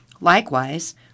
Likewise